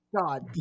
God